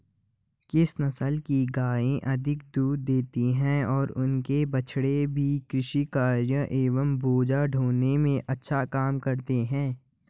किस नस्ल की गायें अधिक दूध देती हैं और इनके बछड़े भी कृषि कार्यों एवं बोझा ढोने में अच्छा काम करते हैं?